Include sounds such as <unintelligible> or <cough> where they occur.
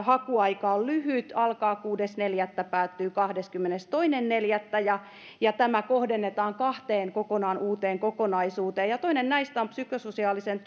hakuaika on lyhyt alkaa kuudes neljättä päättyy kahdeskymmenestoinen neljättä ja ja tämä kohdennetaan kahteen kokonaan uuteen kokonaisuuteen toinen näistä on psykososiaalisen <unintelligible>